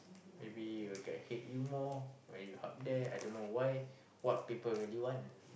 maybe you'll get hate you more when you're up there I don't know why what people really want